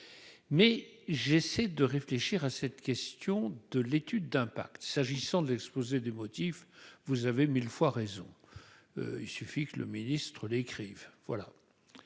mais j'essaie de réfléchir à cette question de l'étude d'impact, s'agissant de l'exposé des motifs, vous avez 1000 fois raison, il suffit que le ministre-l'écrive